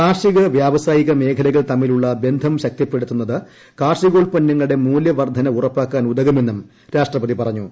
കാർഷിക വ്യവസായിക മേഖ്ചലകൾ തമ്മിലുള്ള ബന്ധം ശക്തിപ്പെടുത്തുന്നത് കാർഷിക്കോത്പന്നങ്ങളുടെ മൂല്യവർദ്ധന ഉറപ്പാക്കാൻ ഉതകുമെന്നും രാഷ്ട്രപതി പറഞ്ഞു